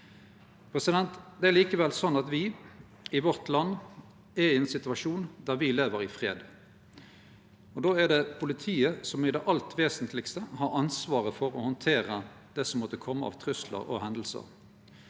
energi. Det er likevel sånn at me i vårt land er i ein situasjon der me lever i fred. Då er det politiet som i det alt vesentlege har ansvaret for å handtere det som måtte kome av truslar og hendingar.